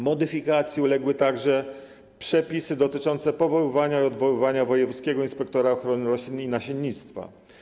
Modyfikacji uległy także przepisy dotyczące powoływania i odwoływania wojewódzkiego inspektora ochrony roślin i nasiennictwa.